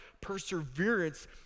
perseverance